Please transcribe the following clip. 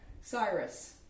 Cyrus